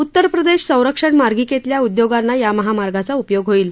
उत्तरप्रदेश संरक्षण मार्गिकेतल्या उद्योगांना या महामार्गाचा उपयोग होईल